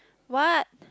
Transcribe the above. what